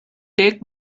take